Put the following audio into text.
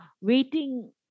waiting